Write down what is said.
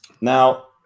Now